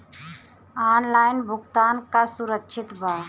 Online भुगतान का सुरक्षित बा?